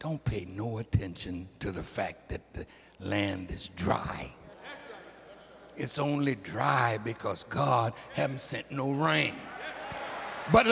don't pay no attention to the fact that the land is dry it's only dry because